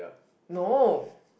no